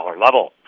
level